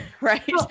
right